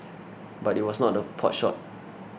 but it was not a potshot